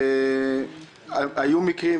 הן משאירות להורים לטפל בעצמם,